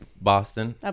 Boston